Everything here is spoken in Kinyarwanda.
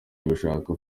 ugushaka